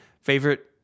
favorite